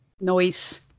Noise